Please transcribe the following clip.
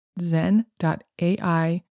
Zen.ai